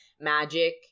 Magic